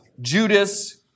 Judas